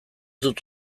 dut